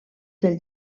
del